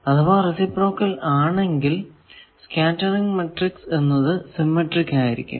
അഥവാ റേസിപ്രോക്കൽ ആണെങ്കിൽ scattering matrix എന്നത് സിമെട്രിക് ആയിരിക്കും